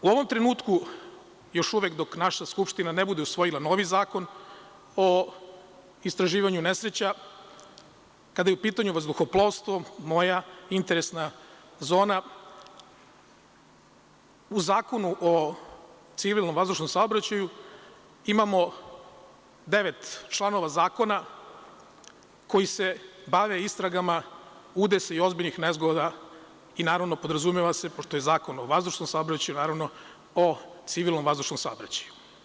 U ovom trenutku, još uvek, dok naša Skupština ne bude usvojila novi Zakon o istraživanju nesreća, kada je u pitanju vazduhoplovstvo, moja interesna zona, u Zakonu o civilnom vazdušnom saobraćaju imamo devet članova zakona koji se bave istragama udesa i ozbiljnih nezgoda i, naravno, podrazumeva se, pošto je zakona o vazdušnom saobraćaju, o civilnom vazdušnom saobraćaju.